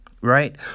Right